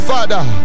Father